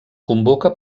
convoca